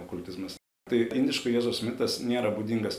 okultizmas tai indiško jėzaus mitas nėra būdingas